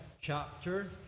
chapter